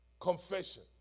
confession